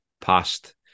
past